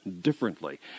differently